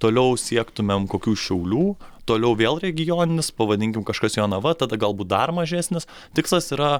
toliau siektumėm kokių šiaulių toliau vėl regioninis pavadinkim kažkas jonava tada galbūt dar mažesnis tikslas yra